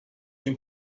den